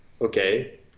okay